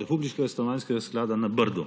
republiškega Stanovanjskega sklada na Brdu.